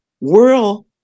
world